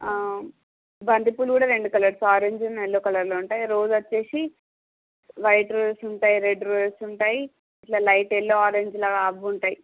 బంతిపూలు కూడా రెండు కలర్స్ ఆరంజ్ ఎల్లో కలర్ లో ఉంటాయి రోజ్ వచ్చేసి వైట్ రోజెస్ ఉంటాయి రెడ్ రోజెస్ ఉంటాయి ఇట్లా లైట్ ఎల్లో ఆరంజ్ లాగా హబ్ ఉంటాయి